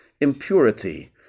impurity